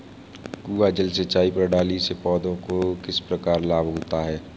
कुआँ जल सिंचाई प्रणाली से पौधों को किस प्रकार लाभ होता है?